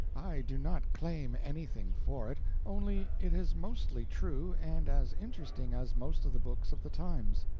i do not claim anything for it only it is mostly true and as interesting as most of the books of the times.